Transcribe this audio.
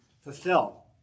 fulfill